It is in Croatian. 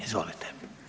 Izvolite.